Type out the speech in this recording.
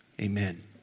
amen